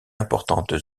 importante